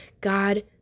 God